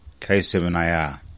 K7AR